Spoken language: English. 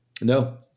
No